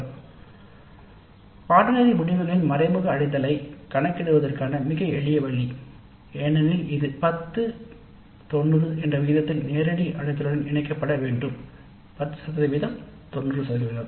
மறைமுகமாக பாடநெறி விளைவுகளை அடைவது கணக்கிடுவதற்கான மிக எளிய வழி ஏனெனில் இது நேரடி அடைவோடு இணைக்கப்பட வேண்டும் 1090 என்ற விகிதத்தில் 10 சதவீதம் 90 சதவீதம்